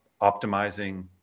optimizing